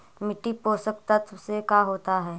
मिट्टी पोषक तत्त्व से का होता है?